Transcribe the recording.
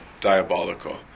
diabolical